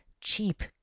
cheap